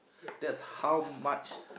that's how much